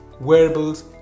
wearables